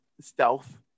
stealth